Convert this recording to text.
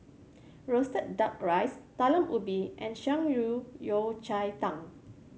roasted Duck Rice Talam Ubi and Shan Rui Yao Cai Tang